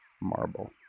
marble